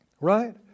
right